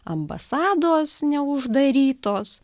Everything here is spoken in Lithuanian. ambasados neuždarytos